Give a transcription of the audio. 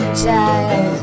child